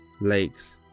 lakes